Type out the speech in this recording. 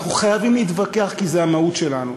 אנחנו חייבים להתווכח, כי זאת המהות שלנו,